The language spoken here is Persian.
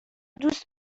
دوست